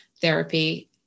therapy